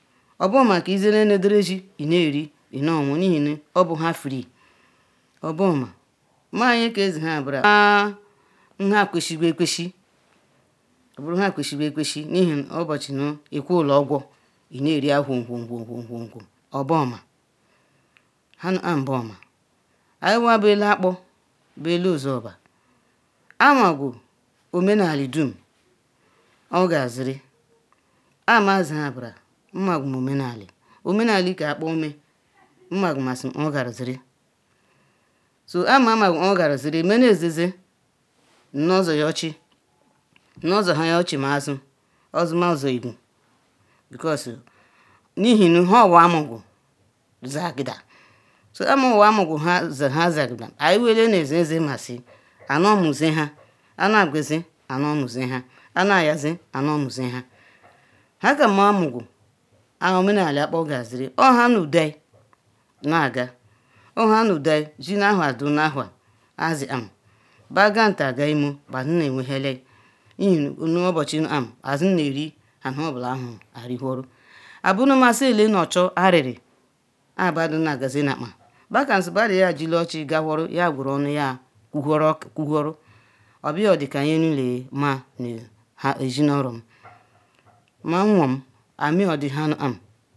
obuoma ke Izere nu ederizi Ineri Inowon Ihenu obunha free obuoma má bunyeke di nbran nha kwesiywukwesi oburu nha kwesigwu-ekwesi Ihe nu obuchi nu ekulaogwu Ineriaya gwo gwo gwo gwo obuoma nha nukpam buoma Iyiwa bu ele Akpor nbu ele ozuoba amagu omenaeli dum kpo kaziri kpa ma zi nbram, nmagu omenaeli omena-eli nke Akpor me nmagumazi kpo ogaru ziri so kpam ma-magu kpo ogaruziri, menezizi mozoyaochu Inozohia ochim azu odi ma zoigu because Ihenu nha onwa mugu zi agada so kpam onwa mugu nha zi agada iyiwa bu ele ne zizi masi ano mozinha aya-gozi aya omuyanha aya alazo aya omuyamako nha. Nhakam ma mugu kpo omenaeli Akpor ziri diri owuya nha neduya yebu nha neduya zinuawha du nawhua azikpam beganta galmo bedia ewehiala Ihe nu obuca awharu arwhuru abumakala ele na ochoeriri kpa badu zineagazi nakpa, beka nu badu njile ochů gahuru yejiri onu kuwhuru obia odika nyenunumaa nu azinuorom manwo ame odi nha nukpam,